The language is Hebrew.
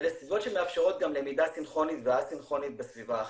אלה סביבות שמאפשרות גם למידה סינכרונית וא-סינכרונית בסביבה אחת,